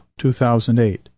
2008